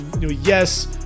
Yes